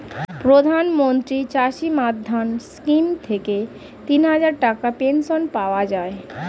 প্রধানমন্ত্রী চাষী মান্ধান স্কিম থেকে তিনহাজার টাকার পেনশন পাওয়া যায়